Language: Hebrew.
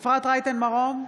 אפרת רייטן מרום,